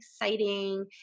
exciting